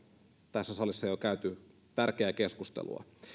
tässä salissa jo käyty tärkeää keskustelua